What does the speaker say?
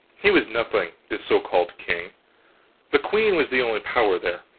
he was nothing, this so-called king the queen was the only power there.